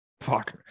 Fuck